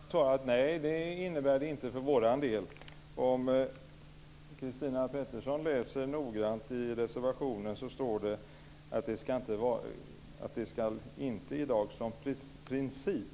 Fru talman! Nej, det innebär det inte för vår del. Om Christina Pettersson läser reservationen noggrant finner hon att statlig mark i dag inte som princip